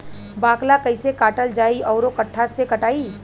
बाकला कईसे काटल जाई औरो कट्ठा से कटाई?